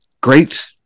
great